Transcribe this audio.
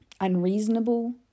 unreasonable